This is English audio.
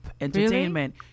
entertainment